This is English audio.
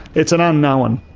it's an unknown.